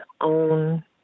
own